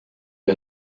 wir